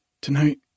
Tonight